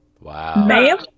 wow